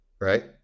Right